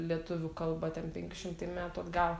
lietuvių kalba ten penki šimtai metų atgal